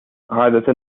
عادة